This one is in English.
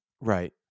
Right